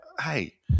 hey